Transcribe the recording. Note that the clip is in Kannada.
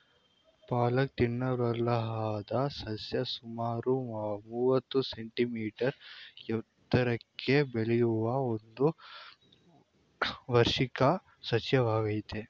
ಪಾಲಕ್ ತಿನ್ನಲರ್ಹವಾದ ಸಸ್ಯ ಸುಮಾರು ಮೂವತ್ತು ಸೆಂಟಿಮೀಟರ್ ಎತ್ತರಕ್ಕೆ ಬೆಳೆಯುವ ಒಂದು ವಾರ್ಷಿಕ ಸಸ್ಯವಾಗಯ್ತೆ